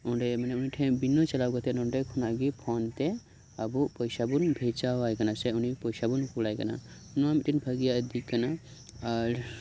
ᱚᱸᱰᱮ ᱩᱱᱤᱴᱷᱮᱱ ᱢᱟᱱᱮ ᱵᱤᱱᱟᱹ ᱪᱟᱞᱟᱣ ᱠᱟᱛᱮᱫ ᱱᱚᱸᱰᱮ ᱠᱷᱚᱱᱟᱜ ᱜᱮ ᱯᱷᱳᱱ ᱛᱮ ᱟᱵᱚ ᱯᱚᱭᱥᱟ ᱵᱚᱱ ᱵᱷᱮᱡᱟᱣᱟᱭ ᱠᱟᱱᱟ ᱥᱮ ᱩᱱᱤ ᱯᱚᱭᱥᱟ ᱵᱚᱱ ᱠᱳᱞᱟᱭ ᱠᱟᱱᱟ ᱱᱚᱶᱟ ᱢᱤᱫᱴᱮᱱ ᱵᱷᱟᱜᱮᱭᱟᱜ ᱫᱤᱠ ᱠᱟᱱᱟ ᱟᱨ